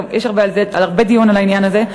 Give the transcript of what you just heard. יש דיון גדול על העניין הזה.